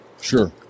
Sure